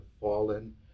fallen